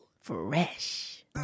Fresh